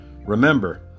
remember